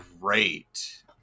great